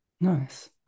Nice